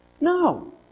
No